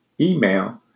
email